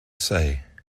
say